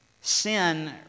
Sin